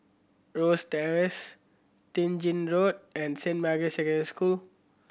Rosyth Terrace Ten Gin Road and Saint Margaret's Secondary School